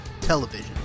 television